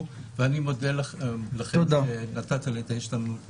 ואני מודה לך שנתתי לי את האפשרות להיכנס.